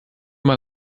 mal